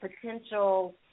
potential